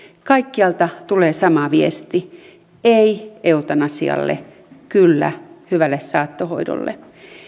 kaikkialta tulee sama viesti ei eutanasialle kyllä hyvälle saattohoidolle